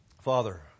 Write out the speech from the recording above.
Father